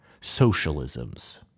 socialisms